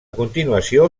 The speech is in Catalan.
continuació